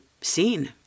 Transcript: seen